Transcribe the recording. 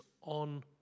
on